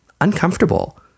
uncomfortable